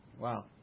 wow